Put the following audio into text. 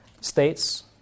states